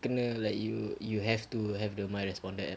kena like you you have to have the my responder app